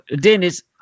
Dennis